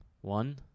One